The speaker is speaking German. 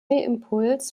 impuls